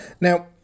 Now